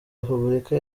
repubulika